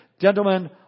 Gentlemen